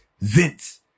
Vince